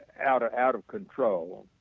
out ah out of control.